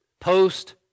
post